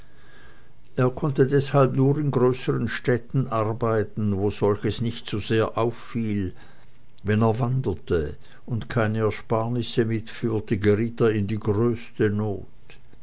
er konnte deshalb nur in größeren städten arbeiten wo solches nicht zu sehr auffiel wenn er wanderte und keine ersparnisse mitführte geriet er in die größte not